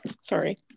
sorry